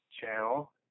channel